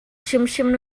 hrimhrim